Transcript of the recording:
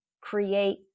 create